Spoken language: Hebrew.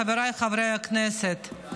חבריי חברי הכנסת,